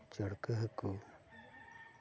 ᱪᱟᱹᱲᱠᱟᱹ ᱦᱟᱹᱠᱩ